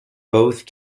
both